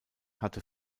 hatte